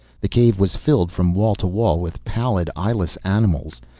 the cave was filled from wall to wall with pallid, eyeless animals.